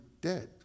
dead